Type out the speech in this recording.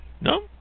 No